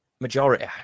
Majority